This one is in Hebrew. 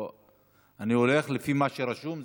אני הולך לפי מה שרשום.